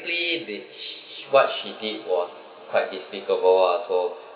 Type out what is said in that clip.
did sh~ sh~ what she did was quite despicable lah so